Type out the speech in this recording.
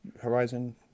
Horizon